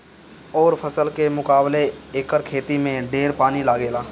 अउरी फसल के मुकाबले एकर खेती में ढेर पानी लागेला